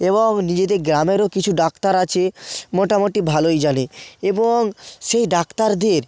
এবং নিজেদের গ্রামেরও কিছু ডাক্তার আছে মোটামুটি ভালোই জানে এবং সেই ডাক্তারদের